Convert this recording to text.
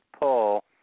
pull